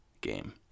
game